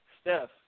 Steph